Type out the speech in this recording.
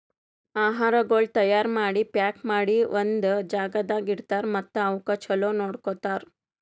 ಆಹಾರಗೊಳ್ ತೈಯಾರ್ ಮಾಡಿ, ಪ್ಯಾಕ್ ಮಾಡಿ ಒಂದ್ ಜಾಗದಾಗ್ ಇಡ್ತಾರ್ ಮತ್ತ ಅವುಕ್ ಚಲೋ ನೋಡ್ಕೋತಾರ್